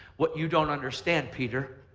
what you don't understand, peter,